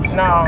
no